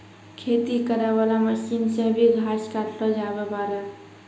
खेती करै वाला मशीन से भी घास काटलो जावै पाड़ै